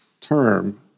term